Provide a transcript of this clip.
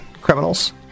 criminals